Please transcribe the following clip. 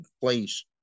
place